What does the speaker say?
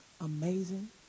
amazing